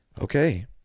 okay